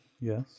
yes